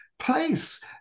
Place